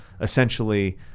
essentially